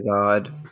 god